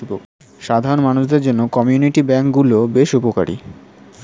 সাধারণ মানুষদের জন্য কমিউনিটি ব্যাঙ্ক গুলো বেশ উপকারী